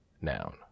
noun